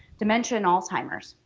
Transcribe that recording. dementia and alzheimer's.